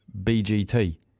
BGT